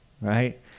right